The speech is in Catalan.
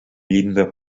llinda